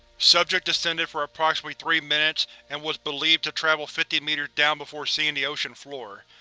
subject decended for approximately three minutes and was belived to travel fifty meters down before seeing the ocean floor.